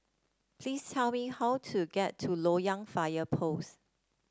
please tell me how to get to Loyang Fire Post